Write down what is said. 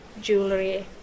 jewelry